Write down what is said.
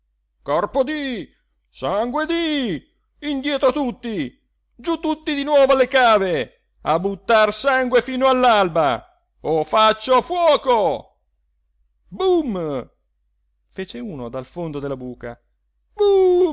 corpo di sangue di indietro tutti giú tutti di nuovo alle cave a buttar sangue fino all'alba o faccio fuoco bum fece uno dal fondo della buca